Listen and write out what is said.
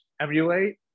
emulate